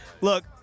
Look